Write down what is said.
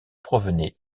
provenait